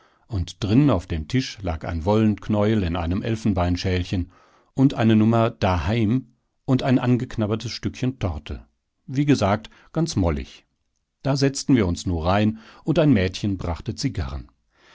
und drin auf dem tisch lag ein wollenknäuel in einem elfenbeinschälchen und eine nummer daheim und ein angeknabbertes stückchen torte wie gesagt ganz mollig da setzten wir uns nu rein und ein mädchen brachte zigarren